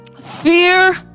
Fear